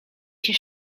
się